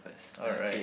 all right